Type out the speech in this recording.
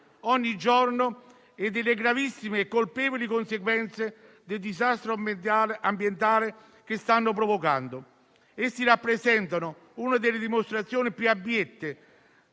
ogni giorno e delle gravissime e colpevoli conseguenze del disastro ambientale che stanno provocando. Essi rappresentano una delle dimostrazioni più abiette